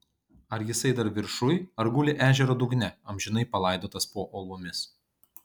ar jisai dar viršuj ar guli ežero dugne amžinai palaidotas po uolomis